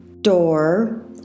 door